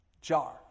jar